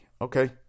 Okay